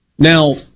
Now